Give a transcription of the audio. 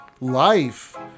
life